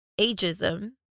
ageism